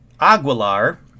Aguilar